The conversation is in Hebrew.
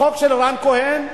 החוק של רן כהן,